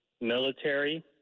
military